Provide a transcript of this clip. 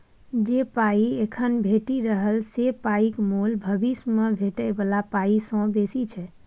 जे पाइ एखन भेटि रहल से पाइक मोल भबिस मे भेटै बला पाइ सँ बेसी छै